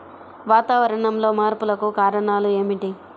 వాతావరణంలో మార్పులకు కారణాలు ఏమిటి?